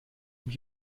mich